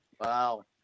Wow